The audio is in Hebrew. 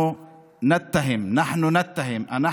(אומר בערבית ומתרגם:) אנחנו מאשימים.